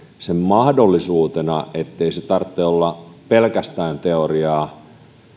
sen mahdollisuutena ettei sen tarvitse olla pelkästään teoriaa